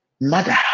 Mother